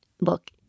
Look